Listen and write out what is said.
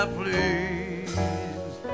please